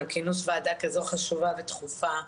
על כינוס ועדה כזו חשובה ודחופה.